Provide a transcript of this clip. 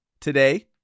today